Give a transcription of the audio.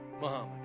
Muhammad